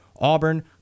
Auburn